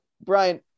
Brian